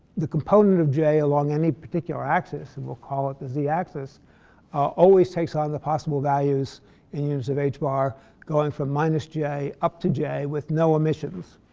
the component of j along any particular axis and we'll call it the z-axis always takes on the possible values in terms of h bar going from minus j up to j with no emissions.